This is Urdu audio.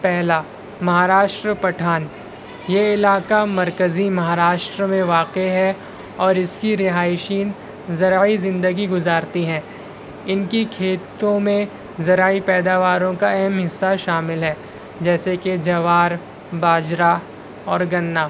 پہلا مہاراشٹر پٹھان یہ علاقہ مرکزی مہارشٹر میں واقع ہے اور اس کی رہائشین ذرعی زندگی گزارتی ہے ان کی کھیتوں میں ذرعی پیداواروں کا اہم حصہ شامل ہے جیسے کہ جوار باجرہ اور گنّا